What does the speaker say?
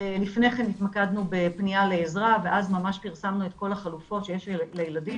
לפני כן התמקדנו בפניה לעזרה ואז ממש פרסמנו את כל החלופות שיש לילדים,